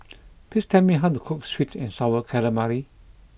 please tell me how to cook Sweet and Sour Calamari